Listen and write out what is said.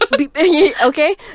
Okay